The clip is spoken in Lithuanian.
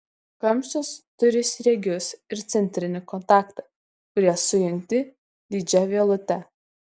kamštis turi sriegius ir centrinį kontaktą kurie sujungti lydžia vielute